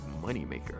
moneymaker